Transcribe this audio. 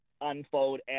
unfold